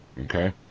Okay